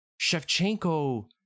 Shevchenko